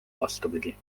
vastupidi